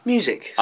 Music